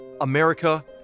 America